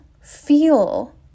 feel